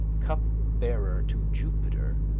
cup-bearer to jupiter,